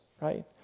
right